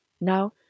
Now